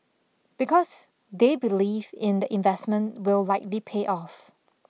because they believe in the investment will likely pay off